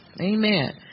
Amen